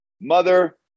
mother